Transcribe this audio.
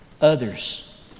Others